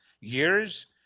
years